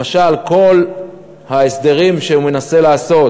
למשל, כל ההסדרים שהוא מנסה לעשות,